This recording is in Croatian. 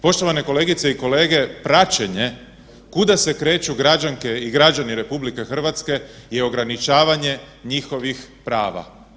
Poštovane kolegice i kolege, praćenje kuda se kreću građanke i građani RH je ograničavanje njihovih prava.